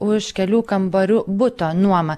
už kelių kambarių buto nuomą